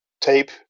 tape